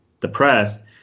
depressed